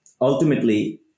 ultimately